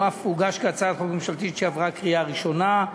הוא אף הוגש כהצעת חוק ממשלתית שעברה קריאה ראשונה.